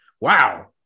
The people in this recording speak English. Wow